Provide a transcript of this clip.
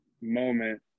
moment